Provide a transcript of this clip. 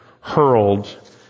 hurled